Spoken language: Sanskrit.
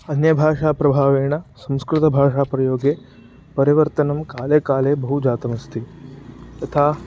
अन्यभाषाप्रभावेण संस्कृतभाषाप्रयोगे परिवर्तनं काले काले बहु जातमस्ति यथा